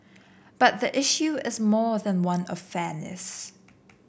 but the issue is more than one of fairness